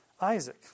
Isaac